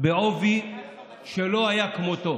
בעובי שלא היה כמותו,